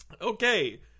Okay